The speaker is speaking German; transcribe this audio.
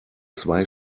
zwei